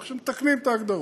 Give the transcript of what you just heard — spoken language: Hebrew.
ועכשיו מתקנים את ההגדרות.